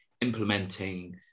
implementing